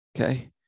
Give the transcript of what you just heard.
Okay